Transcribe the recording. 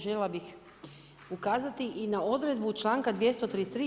Željela bih ukazati i na odredbu članka 233.